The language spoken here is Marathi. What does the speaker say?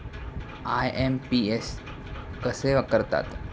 आय.एम.पी.एस कसे करतात?